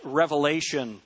Revelation